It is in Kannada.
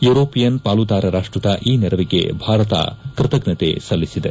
ಯೂರೋಪಿಯನ್ ಪಾಲುದಾರ ರಾಷ್ಟದ ಈ ನೆರವಿಗೆ ಭಾರತ ಕೃತಜ್ಞತೆ ಸಲ್ಲಿಸಿದೆ